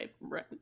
Right